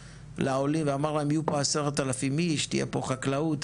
לעולים ואמר אם יהיו פה 10,000 איש תהיה פה חקלאות,